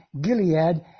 Gilead